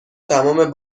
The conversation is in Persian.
تمام